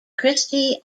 christie